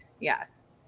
Yes